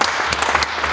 Hvala